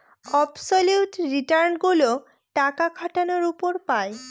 absolute return গুলো টাকা খাটানোর উপর পাই